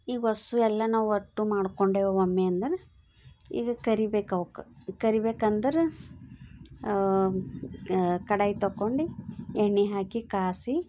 ಈಗ ವಸ್ಸು ಎಲ್ಲನ ಒಟ್ಟು ಮಾಡ್ಕೊಂಡೆವು ಒಮ್ಮೆ ಅಂದರ ಈಗ ಕರಿಬೇಕು ಅವ್ಕೆ ಕರೀಬೇಕೆಂದರೆ ಕಡಾಯಿ ತಗೊಂಡು ಎಣ್ಣೆ ಹಾಕಿ ಕಾಯ್ಸಿ